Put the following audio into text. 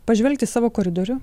pažvelgt į savo koridorių